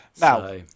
now